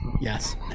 Yes